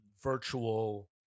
virtual